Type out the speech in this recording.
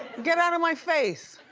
get outta my face.